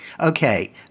Okay